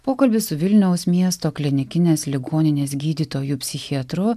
pokalbis su vilniaus miesto klinikinės ligoninės gydytoju psichiatru